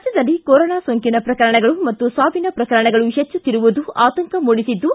ರಾಜ್ಯದಲ್ಲಿ ಕೊರೊನಾ ಸೋಂಕಿನ ಪ್ರಕರಣಗಳು ಮತ್ತು ಸಾವಿನ ಪ್ರಕರಣಗಳು ಹೆಚ್ಚುತ್ತಿರುವುದು ಆತಂಕ ಮೂಡಿಸಿದ್ದು